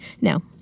No